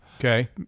okay